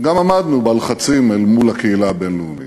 גם עמדנו בלחצים אל מול הקהילה הבין-לאומית.